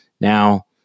Now